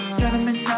gentlemen